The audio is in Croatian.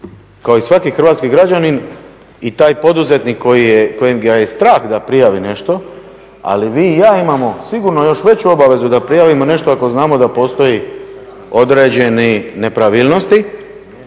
kao i svaki hrvatski građanin i taj poduzetnik kojega je strah da prijavi nešto, ali vi i ja imamo sigurno još veću obavezu prijavimo nešto ako znamo da postoji određena nepravilnost